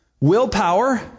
willpower